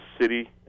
city